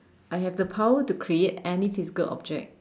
I have the power to create any physical object